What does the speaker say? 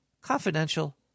confidential